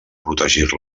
protegir